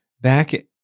back